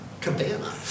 cabana